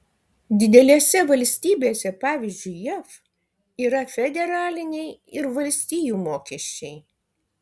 didelėse valstybėse pavyzdžiui jav yra federaliniai ir valstijų mokesčiai